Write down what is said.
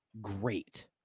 great